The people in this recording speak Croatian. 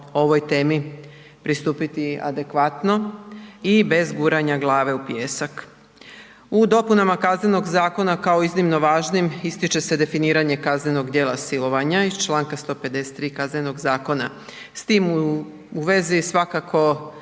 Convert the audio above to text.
ovoj temi pristupiti adekvatno i bez guranja glave u pijesak. U dopunama Kaznenog zakona kao iznimno važnim ističe se definiranje kaznenog djela silovanja iz članka 153. Kaznenog zakona, s tim u vezi svakako